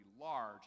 large